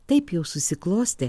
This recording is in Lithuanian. taip jau susiklostė